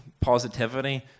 positivity